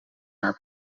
naar